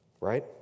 Right